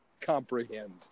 comprehend